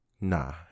nah